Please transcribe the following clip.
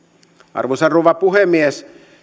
arvoisa rouva puhemies